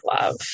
love